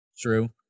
True